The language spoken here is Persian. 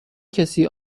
کسی